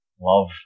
love